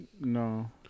No